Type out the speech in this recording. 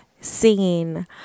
singing